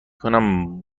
کنم